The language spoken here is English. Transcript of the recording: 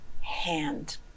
hand